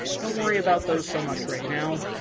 don't worry about those so much right now.